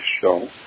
Show